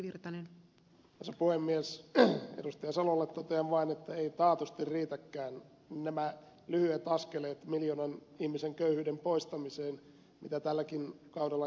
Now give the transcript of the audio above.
mauri salolle totean vain että eivät taatusti riitäkään nämä lyhyet askeleet miljoonan ihmisen köyhyyden poistamiseen mitä tälläkin kaudella on otettu